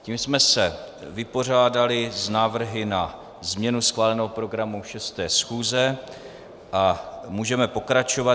Tím jsme se vypořádali s návrhy na změnu schváleného programu 6. schůze a můžeme pokračovat.